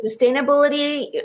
sustainability